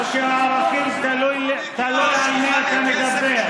או שאין ערכים, או שהערכים, תלוי על מי אתה מדבר.